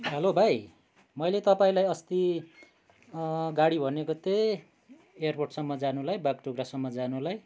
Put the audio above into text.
hello भाइ मैले तपाईँलाई अस्ति गाडी भनेको थिएँ एयरपोर्टसम्म जानुलाई बागडोग्रासम्म जानुलाई